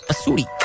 Asuri